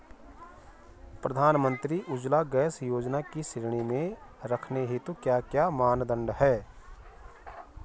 प्रधानमंत्री उज्जवला गैस योजना की श्रेणी में रखने हेतु क्या क्या मानदंड है?